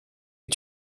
est